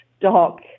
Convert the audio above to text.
DOC